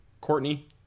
Courtney